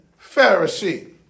Pharisee